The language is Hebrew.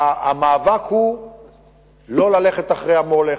המאבק הוא לא ללכת אחרי המולך,